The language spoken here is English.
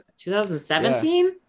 2017